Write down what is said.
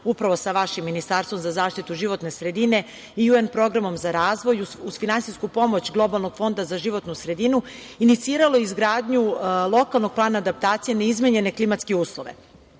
upravo sa vašim Ministarstvom za zaštitu životne sredine i UN programom za razvoj, uz finansijsku pomoć globalnog Fonda za životnu sredinu, iniciralo je izgradnju lokalnog plana adaptacije na izmenjene klimatske uslove. Ovaj